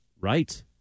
right